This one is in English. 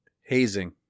hazing